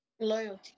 Loyalty